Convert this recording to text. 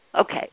Okay